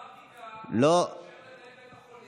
הפרקטיקה שמנהל בית החולים מחטט בתיק, לא.